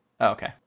okay